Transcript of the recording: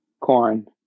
corn